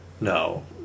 No